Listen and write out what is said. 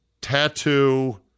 tattoo